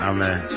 Amen